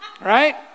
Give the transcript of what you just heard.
Right